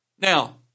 Now